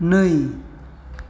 नै